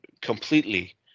completely